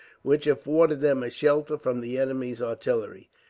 which afforded them a shelter from the enemy's artillery.